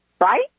right